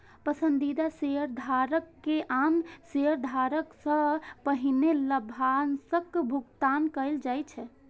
पसंदीदा शेयरधारक कें आम शेयरधारक सं पहिने लाभांशक भुगतान कैल जाइ छै